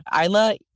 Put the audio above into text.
Isla